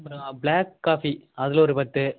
அப்புறம் black coffee அதில் ஒரு பத்து